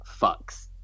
fucks